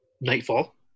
nightfall